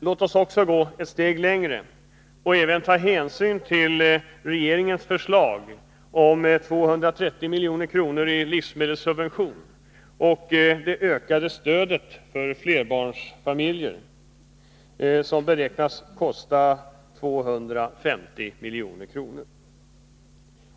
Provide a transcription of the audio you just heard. Låt oss gå ett steg längre och även ta hänsyn till regeringens förslag på 230 milj.kr. i livsmedelssubventioner och det ökade stödet till flerbarnsfamiljer, som beräknas kosta 250 milj.kr.